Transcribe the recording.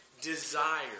desire